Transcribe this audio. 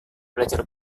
belajar